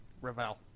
Ravel